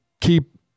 keep